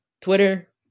Twitter